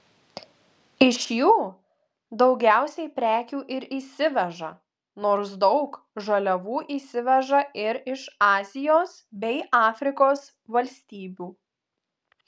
iš jų daugiausiai prekių ir įsiveža nors daug žaliavų įsiveža ir iš azijos bei afrikos valstybių